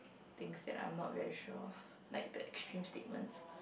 things that I'm not very sure of like the extreme statements